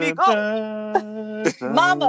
Mama